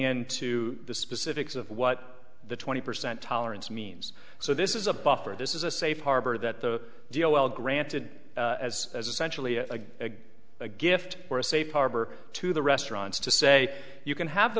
into the specifics of what the twenty percent tolerance means so this is a buffer this is a safe harbor that the deal well granted as as essentially a a gift or a safe harbor to the restaurants to say you can have the